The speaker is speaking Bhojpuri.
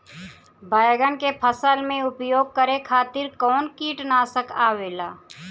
बैंगन के फसल में उपयोग करे खातिर कउन कीटनाशक आवेला?